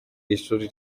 ishuri